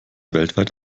weltweit